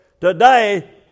today